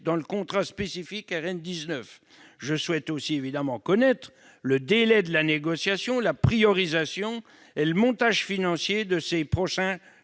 dans le contrat spécifique à la RN 19. Je souhaite, enfin, connaître le délai de la négociation sur la priorisation et sur le montage financier des prochains